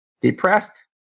depressed